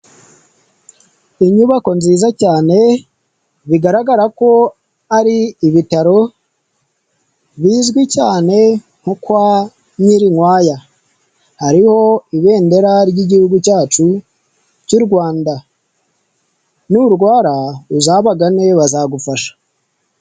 Inyubako nziza cyane bigaragara ko ari ibitaro bizwi cyane nko kwa Nyirinkwaya, hariho ibendera ry'igihugu cyacu cy'u Rwanda nurwara uzabagane bazagufasha.